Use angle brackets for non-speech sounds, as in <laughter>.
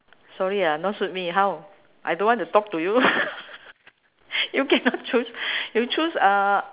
sorry ah not suit me how I don't want to talk to you <laughs> you cannot choose you choose uh